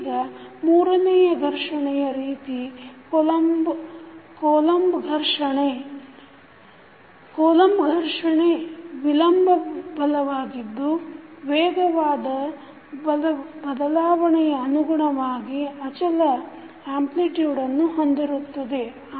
ಈಗ ಮೂರನೆಯ ಘರ್ಷಣೆಯ ರೀತಿ ಕೊಲೊಂಬ ಘರ್ಷಣೆ ಕೊಲೊಂಬ ಘರ್ಷಣೆ ವಿಲಂಬ ಬಲವಾಗಿದ್ದು ವೇಗದ ಬದಲಾವಣೆಯ ಅನುಗುಣವಾಗಿ ಅಚಲ ಎಪ್ಲೀಟ್ಯುಡ್ ಹೊಂದಿರುತ್ತದೆ